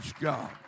God